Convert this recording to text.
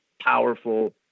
powerful